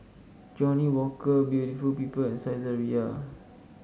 Johnnie Walker Beauty People and Saizeriya